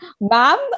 ma'am